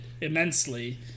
immensely